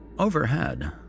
Overhead